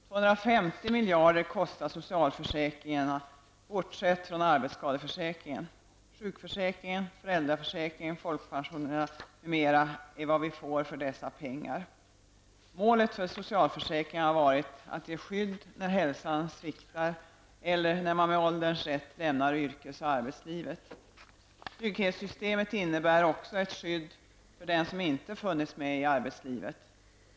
250 miljarder kostar socialförsäkringarna, bortsett från arbetsskadeförsäkringen m.m. är vad vi får för dessa pengar. Sjukförsäkringen, föräldraförsäkringen. Målet för socialförsäkringarna har varit att ge skydd när hälsan sviktar eller när man med ålderns rätt lämnar yrkes och arbetslivet. Trygghetssystemet innebär också ett skydd för den som inte funnits med i arbetslivet.